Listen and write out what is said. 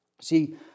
See